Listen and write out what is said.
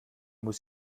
muss